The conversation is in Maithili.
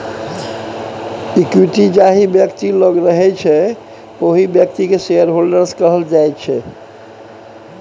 इक्विटी जाहि बेकती लग रहय छै ओहि बेकती केँ शेयरहोल्डर्स कहल जाइ छै